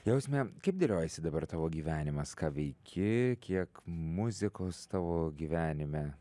jausme kaip dėliojasi dabar tavo gyvenimas ką veiki kiek muzikos tavo gyvenime